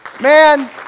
Man